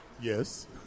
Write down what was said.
yes